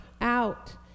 out